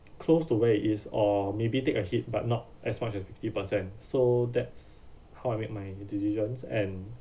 close to where it is or maybe take a hit but not as much as fifty percent so that's how I make my decisions and